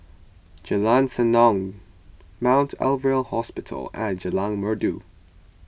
Jalan Senandong Mount Alvernia Hospital and Jalan Merdu